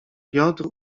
piotr